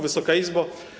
Wysoka Izbo!